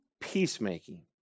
peacemaking